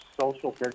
social